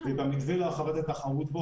ובמתווה להרחבת התחרות בו,